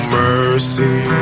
mercy